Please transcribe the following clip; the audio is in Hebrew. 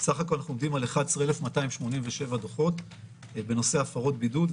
בסך הכול אנחנו עומדים על 11,287 דוחות בנושא הפרות בידוד.